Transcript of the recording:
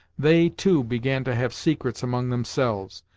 they, too, began to have secrets among themselves,